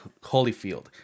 Holyfield